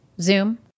Zoom